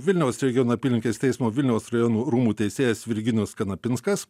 vilniaus regiono apylinkės teismo vilniaus rajono rūmų teisėjas virginijus kanapinskas